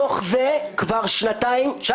אני מזכיר לכולם פה שאנחנו בתוך זה כבר 19 שנים,